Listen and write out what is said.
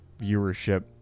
viewership